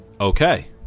Okay